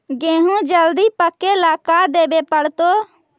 गेहूं जल्दी पके ल का देबे पड़तै?